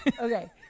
Okay